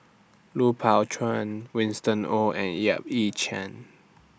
Lui Pao Chuen Winston Oh and Yap Ee Chian